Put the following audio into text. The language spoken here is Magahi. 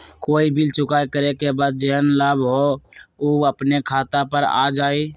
कोई बिल चुकाई करे के बाद जेहन लाभ होल उ अपने खाता पर आ जाई?